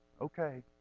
Okay